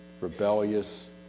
rebellious